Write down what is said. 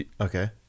Okay